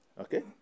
Okay